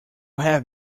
have